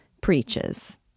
preaches